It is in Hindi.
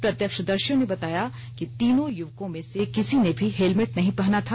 प्रत्यक्षदर्षियों ने बताया कि तीनों युवकों में से किसी ने भी हेलमेट नहीं पहना था